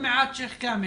שלום לכולם.